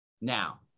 Now